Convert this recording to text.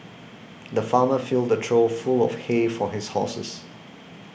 the farmer filled a trough full of hay for his horses